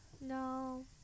No